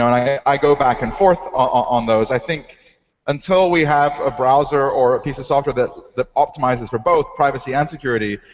i go back and forth on those. i think until we have a browser or a piece of software that optimizes for both privacy and security,